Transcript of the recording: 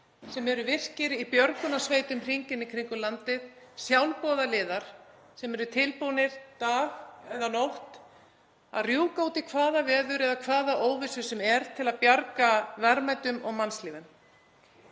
sem eru virk í björgunarsveitum hringinn í kringum landið, sjálfboðaliða sem eru tilbúnir dag eða nótt að rjúka út í hvaða veður eða hvaða óvissu sem er til að bjarga verðmætum og mannslífum.